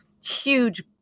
huge